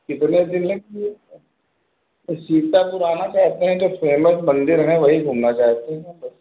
कितने दिनों शीतल जाना चाहते हैं तो फेमस मंदिर है वहीं घूमना चाहती हैं बस